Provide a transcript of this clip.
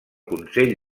consell